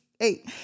eight